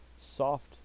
soft